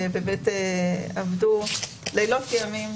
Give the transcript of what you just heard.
שעבדו לילות וימים